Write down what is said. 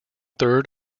third